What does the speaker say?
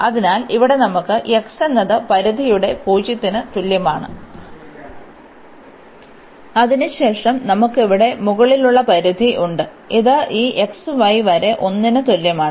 അതിനാൽ ഇവിടെ നമുക്ക് x എന്നത് പരിധിയുടെ 0 ന് തുല്യമാണ് അതിനുശേഷം നമുക്ക് ഇവിടെ മുകളിലുള്ള പരിധി ഉണ്ട് ഇത് ഈ വരെ 1 ന് തുല്യമാണ്